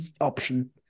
option